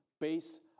based